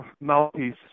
Mouthpiece